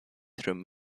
rum